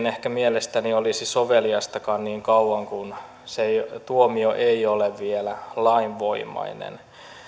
ehkä mielestäni oikein olisi soveliastakaan niin kauan kuin se tuomio ei ole vielä lainvoimainen